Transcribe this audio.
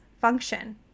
function